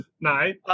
nine